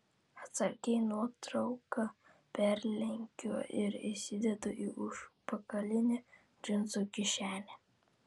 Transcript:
atsargiai nuotrauką perlenkiu ir įsidedu į užpakalinę džinsų kišenę